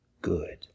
good